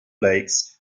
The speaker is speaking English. lakes